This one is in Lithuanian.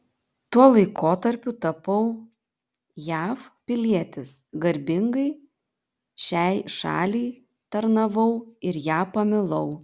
tuo laikotarpiu tapau jav pilietis garbingai šiai šaliai tarnavau ir ją pamilau